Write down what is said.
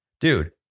Dude